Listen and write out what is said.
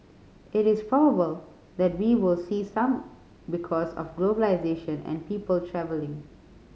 it is probable that we will see some because of globalisation and people travelling